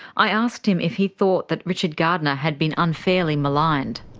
i asked him if he thought that richard gardner had been unfairly maligned.